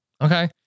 Okay